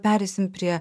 pereisim prie